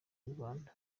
inyarwanda